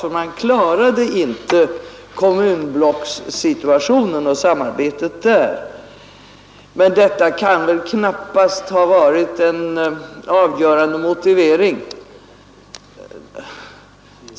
De klarade nämligen inte samarbetet inom kommunblocken. Men detta kan väl knappast ha varit en avgörande motivering.